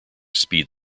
speed